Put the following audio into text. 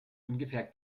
ungefähr